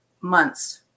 months